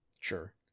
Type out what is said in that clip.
Sure